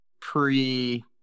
pre